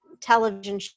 television